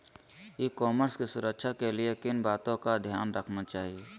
ई commerce की सुरक्षा के लिए किन बातों का ध्यान रखना चाहिए?